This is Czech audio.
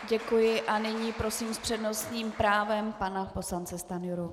Děkuji a nyní prosím s přednostním právem pana poslance Stanjuru.